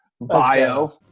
bio